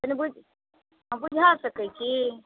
कनी बु बुझा सकैत छी